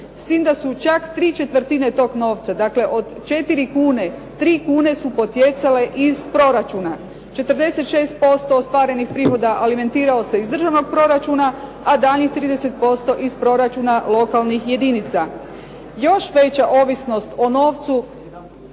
S tim da su čak tri četvrtine tog novca, dakle od 4 kune, 3 kune su potjecale iz proračuna, 46% ostvarenih prihoda alimentirao se iz državnog proračuna, a daljnjih 30% iz proračuna lokalnih jedinica. Još veća ovisnost o novcu